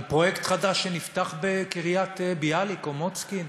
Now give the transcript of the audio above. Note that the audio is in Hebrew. על פרויקט חדש שנפתח בקריית-ביאליק או בקריית-מוצקין.